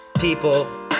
people